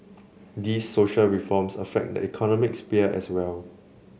these social reforms affect the economic sphere as well